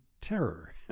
terror